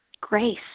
Grace